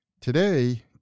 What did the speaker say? Today